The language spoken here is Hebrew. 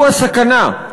הוא הסכנה.